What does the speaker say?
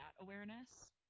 awareness